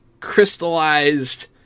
crystallized